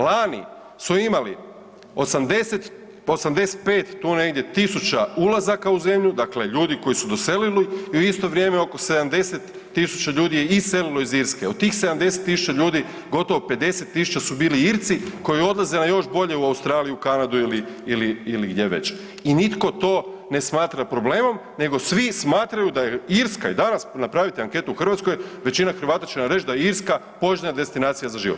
Lani su imali 80, 85, tu negdje tisuća ulazaka u zemlju, dakle ljudi koji su doselili i u isto vrijeme oko 70 tisuća ljudi je iselilo iz Irske, u tih 70 tisuća ljudi, gotovo 50 tisuća su bili Irci koji odlaze na još bolje u Australiju, Kanadu ili gdje već i nitko to ne smatra problemom nego svi smatraju da je Irska i danas napravite anketu u Hrvatskoj, većina Hrvata će vam reći da je Irska poželjna destinacija za život.